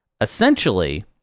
essentially